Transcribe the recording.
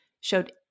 showed